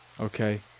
okay